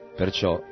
perciò